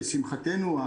לשמחתנו,